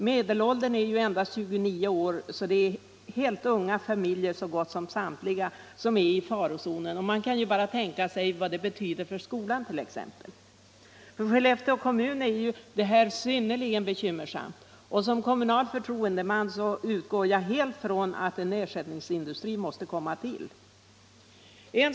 Medelåldern vid företaget är endast 29 år — så gott som samtliga i farozonen är alltså helt unga familjer, och man kan ju bara tänka sig vad det betyder exempelvis för skolan. För Skellefteå kommun är denna situation synnerligen bekymmersam. Som kommunal förtroendeman utgår jag ifrån att en ersättningsindustri måste komma till stånd.